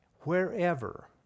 wherever